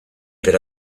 per